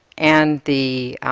and the